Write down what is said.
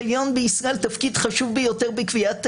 יהיה איזון.